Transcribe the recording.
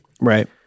right